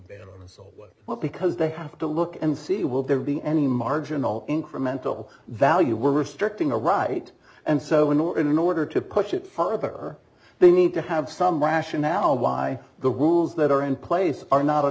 o well because they have to look and see will there be any marginal incremental value we're restricting or right and so we know in order to push it further they need to have some rationale why the rules that are in place